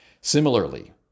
Similarly